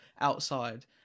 outside